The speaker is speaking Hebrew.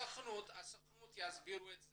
הסוכנות יסבירו.